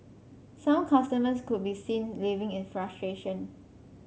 some customers could be seen leaving in frustration